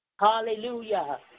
Hallelujah